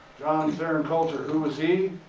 john theron coulter. who was he?